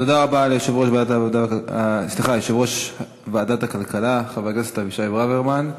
תודה רבה ליושב-ראש ועדת הכלכלה חבר הכנסת אבישי ברוורמן.